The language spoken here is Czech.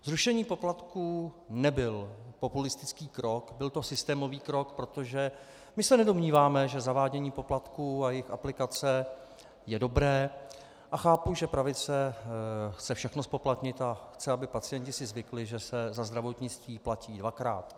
Zrušení poplatků nebyl populistický krok, byl to systémový krok, protože my se nedomníváme, že zavádění poplatků a jejich aplikace je dobré, a chápu, že pravice chce všechno zpoplatnit a chce, aby si pacienti zvykli, že se za zdravotnictví platí dvakrát.